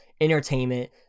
entertainment